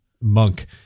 monk